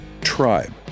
tribe